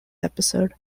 episode